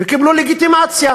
וקיבלו לגיטימציה